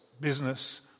business